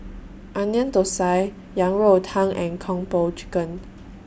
Onion Thosai Yang Rou Tang and Kung Po Chicken